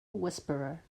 whisperer